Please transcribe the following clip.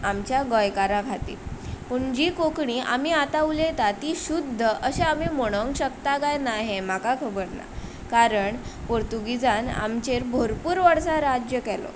आमच्या गोंयकारां खातीर पूण जी कोंकणी आमी आतां उलयता ती शुद्ध अशें आमी म्हणोंक शकता कांय ना हें म्हाका खबर ना कारण पोर्तुगिजान आमचेर भोरपूर वर्सां राज्य केलो